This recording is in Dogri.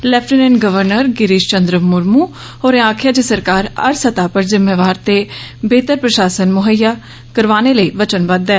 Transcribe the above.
लेफ्टिनेंट गवर्नर गिरीश चन्द्र मुर्मू होरें आक्खेआ जे सरकार हर सतह पर जिम्मेवार ते बेहतर प्रशासन मुहैआ करोआने लेई वचनबद्व ऐ